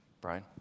Brian